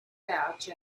pouch